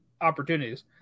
opportunities